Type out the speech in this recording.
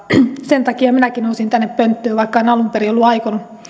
sen takia minäkin nousin tänne pönttöön vaikka en alun perin ollut aikonut